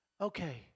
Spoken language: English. okay